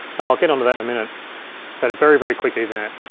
and i'll get onto that in a minute. but a very, very quick ethernet.